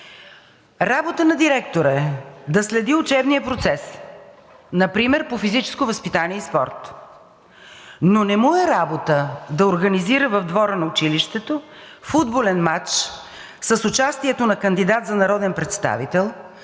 Работа на директора е да следи учебния процес например по физическо възпитание и спорт. Но не му е работа да организира в двора на училището футболен мач с участието на кандидат за народен представител